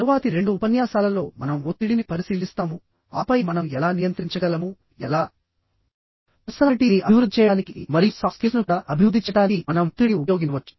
తరువాతి రెండు ఉపన్యాసాలలో మనం ఒత్తిడిని పరిశీలిస్తాము ఆపై మనం ఎలా నియంత్రించగలము ఎలా పర్సనాలిటీ ని అభివృద్ధి చేయడానికి మరియు సాఫ్ట్ స్కిల్స్ను కూడా అభివృద్ధి చేయడానికి మనం ఒత్తిడిని ఉపయోగించవచ్చు